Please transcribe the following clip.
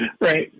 Right